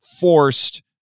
forced